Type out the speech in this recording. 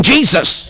Jesus